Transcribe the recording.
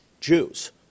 Jews